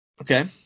Okay